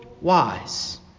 wise